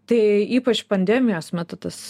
tai ypač pandemijos metu tas